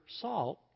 salt